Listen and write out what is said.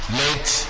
late